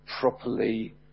properly